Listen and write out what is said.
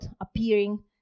appearing